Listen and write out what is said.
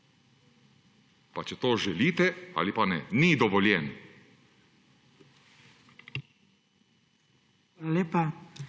pa če to želite ali pa ne. Ni dovoljen!